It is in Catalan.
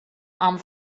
amb